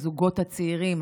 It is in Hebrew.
הזוגות הצעירים,